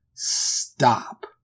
Stop